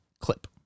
clip